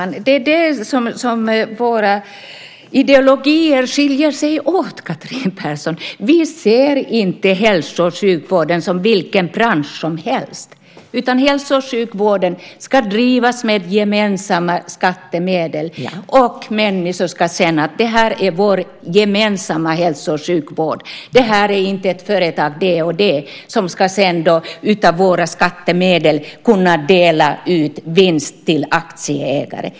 Herr talman! Det är där som våra ideologier skiljer sig åt, Chatrine Pålsson. Vi ser inte hälso och sjukvården som vilken bransch som helst, utan hälso och sjukvården ska drivas med gemensamma skattemedel. Människor ska känna att det här är vår gemensamma hälso och sjukvård, inte företaget det-och-det som sedan av våra skattemedel ska kunna dela ut vinst till aktieägare.